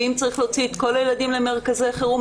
ואם צריך להוציא את כל הילדים למרכזי חירום,